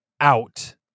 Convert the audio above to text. out